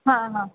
हां हां